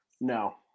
No